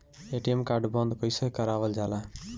ATM card बन्द कईसे करावल जाला?